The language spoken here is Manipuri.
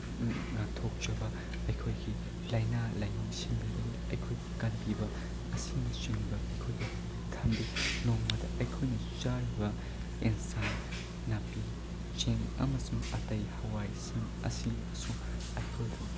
ꯉꯥꯛꯊꯣꯛꯆꯕ ꯑꯩꯈꯣꯏꯒꯤ ꯂꯥꯏꯅꯥ ꯂꯥꯏꯑꯣꯡꯁꯤꯡꯗꯒꯤ ꯑꯩꯈꯣꯏꯕꯨ ꯀꯟꯕꯤꯕ ꯑꯁꯤꯅꯆꯤꯡꯕ ꯑꯩꯈꯣꯏꯕꯨ ꯊꯝꯕꯤ ꯅꯣꯡꯃꯗ ꯑꯩꯈꯣꯏꯅ ꯆꯥꯔꯤꯕ ꯑꯦꯟꯁꯥꯡ ꯅꯥꯄꯤ ꯆꯦꯡ ꯑꯃꯁꯨꯡ ꯑꯩꯇꯩ ꯍꯋꯥꯏꯁꯤꯡ ꯑꯁꯤꯗꯁꯨ ꯑꯩꯈꯣꯏꯕꯨ